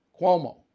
Cuomo